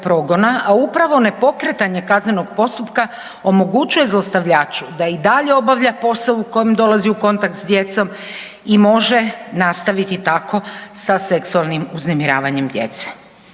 a upravo ne pokretanje kaznenog postupka omogućuje zlostavljaču da i dalje obavlja posao u kojem dolazi u kontakt s djecom i može nastaviti tako sa seksualnim uznemiravanjem djece.